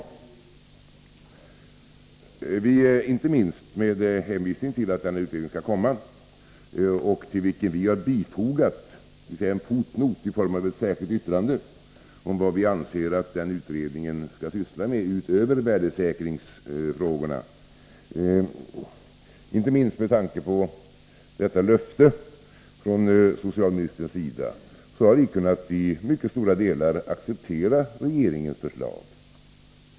Inte minst med tanke på ett löfte från socialministern att en utredning skall tillsättas — vi har tillfogat en fotnot i form av ett särskilt yttrande, där vi anger vad vi anser vad utredningen skall syssla med utöver värdesäkringsfrågorna — har vi i mycket stora delar kunnat acceptera regeringens förslag.